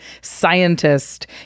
scientist